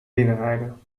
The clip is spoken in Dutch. binnenrijden